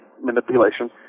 manipulation